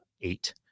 eight